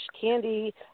Candy